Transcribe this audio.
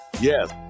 Yes